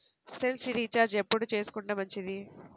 Cell recharge ఎప్పుడు చేసుకొంటే మంచిది?